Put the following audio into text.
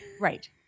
Right